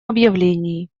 объявлении